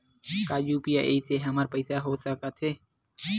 का यू.पी.आई से हमर पईसा हो सकत हे?